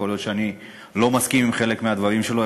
יכול להיות שאני לא מסכים עם חלק מהדברים שלו,